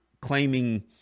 claiming